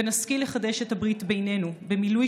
ונשכיל לחדש את הברית בינינו במילוי